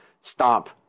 stop